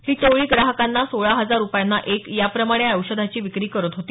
ही टोळी ग्राहकांना सोळा हजार रुपयांना एक याप्रमाणे या औषधाची विक्री करत होती